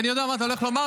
רגע, אתה עונה בשם הממשלה?